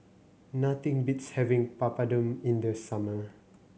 nothing beats having Papadum in the summer